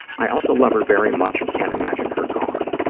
i also love her very much and can't imagine her gone.